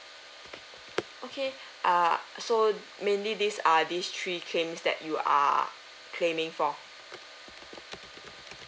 okay err so mainly these are these three claims that you are claiming for